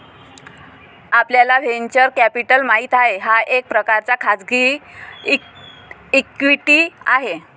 आपल्याला venture capital माहित आहे, हा एक प्रकारचा खाजगी इक्विटी आहे